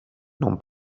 non